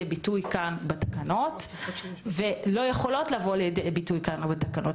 ביטוי כאן בתקנות והוא גם לא יכול לבוא לידי ביטוי בתקנות שכאן.